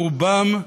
ברובם,